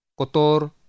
kotor